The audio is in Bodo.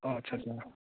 अ आच्चा